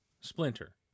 splinter